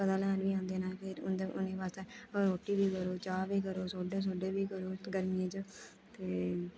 पता लैन बी आंदे न फिर उं'दे बाद च रोटी बी करो चाह् बी करो सोडे साडे बी करो गर्मियें च फिर ते